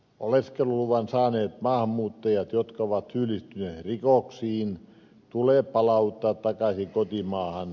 oleskeluluvan saaneet maahanmuuttajat jotka ovat syyllistyneet rikoksiin tulee palauttaa takaisin kotimaahansa